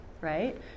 right